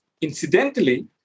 Incidentally